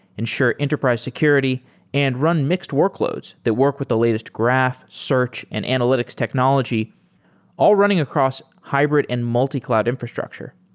ensure enterprise security and run mixed workloads that work with the latest graph, search and analytics technology all running across hybrid and multi-cloud infrastructure.